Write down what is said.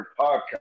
podcast